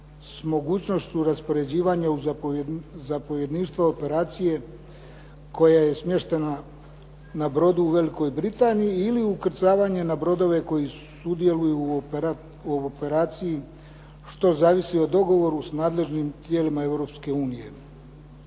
s mogućnošću raspoređivanja u zapovjedništvo operacije koje je smještena na brodu u Velikoj Britaniji ili ukrcavanje na brodove koji sudjeluju u operaciji što zavisi o dogovoru s nadležnim tijelima